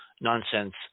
nonsense